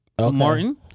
Martin